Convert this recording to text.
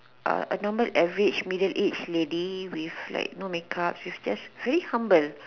uh a normal average middle age lady with no make up you know she's very humble